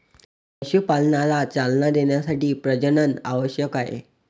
पशुपालनाला चालना देण्यासाठी प्रजनन आवश्यक आहे